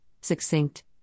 succinct